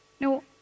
no